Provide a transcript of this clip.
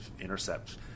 Intercept